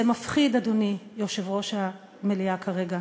זה מפחיד, אדוני יושב-ראש המליאה כרגע.